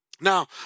Now